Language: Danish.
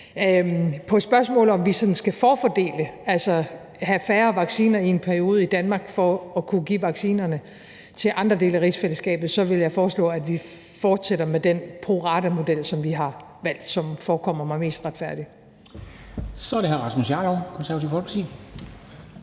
På spørgsmålet, om vi sådan skal forfordele, altså have færre vacciner i en periode i Danmark for at kunne give vaccinerne til andre dele af rigsfællesskabet, vil jeg foreslå, at vi fortsætter med den pro rate-model, som vi har valgt, og som forekommer mig mest retfærdig.